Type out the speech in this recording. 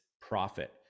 profit